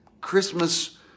Christmas